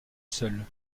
seule